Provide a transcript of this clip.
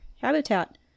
habitat